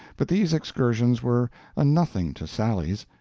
but these excursions were a nothing to sally's.